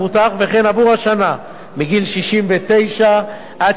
וכן עבור שנה מגיל 69 עד גיל 70,